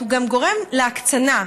זה גורם גם להקצנה.